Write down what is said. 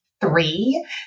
three